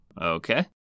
Okay